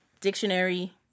dictionary